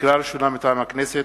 לקריאה ראשונה, מטעם הכנסת: